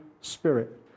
Spirit